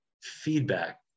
feedback